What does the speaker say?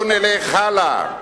אנחנו היינו, לא עשינו.